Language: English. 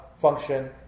function